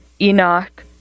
Enoch